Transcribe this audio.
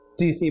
DC